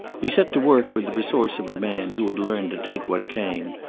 he set to work with the resource of a man who had learned to take what came,